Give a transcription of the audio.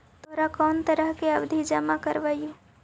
तोहरा कौन तरह के आवधि जमा करवइबू